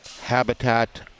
habitat